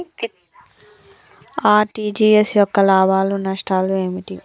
RTGS యొక్క లాభాలు నష్టాలు ఏమిటి?